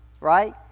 right